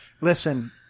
Listen